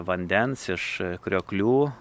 vandens iš krioklių